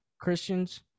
Christians